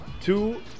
two